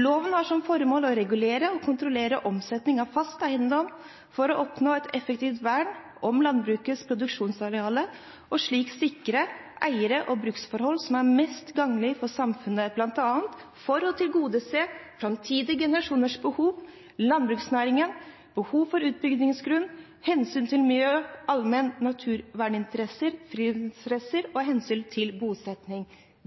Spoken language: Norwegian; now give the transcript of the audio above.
har til formål å regulere og kontrollere omsetningen av fast eiendom for å oppnå et effektivt vern om landbrukets produksjonsarealer og slike eier- og bruksforhold som er mest gagnlige for samfunnet, bl.a. for å tilgodese: – framtidige generasjoners behov. – landbruksnæringen. – behovet for utbyggingsgrunn. – hensynet til miljøet, allmenne naturverninteresser